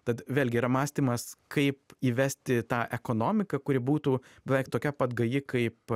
tad vėlgi yra mąstymas kaip įvesti tą ekonomiką kuri būtų beveik tokia pat gaji kaip